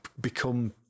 become